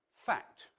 Fact